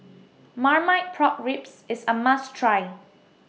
Marmite Pork Ribs IS A must Try